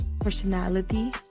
personality